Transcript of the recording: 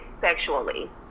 sexually